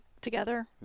together